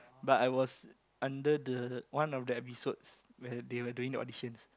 but I was under the one of the episodes where they're doing auditions